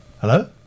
Hello